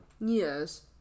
Yes